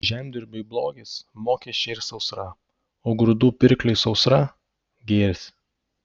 žemdirbiui blogis mokesčiai ir sausra o grūdų pirkliui sausra gėris